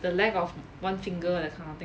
the length of one finger that kind of thing